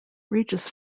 regis